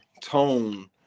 tone